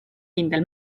kindel